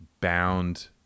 bound